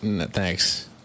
Thanks